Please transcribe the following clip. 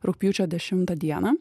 rugpjūčio dešimtą dieną